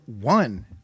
one